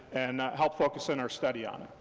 and helped focus in our study on it.